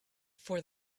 for